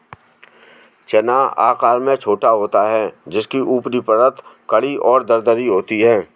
चना आकार में छोटा होता है जिसकी ऊपरी परत कड़ी और दरदरी होती है